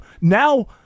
now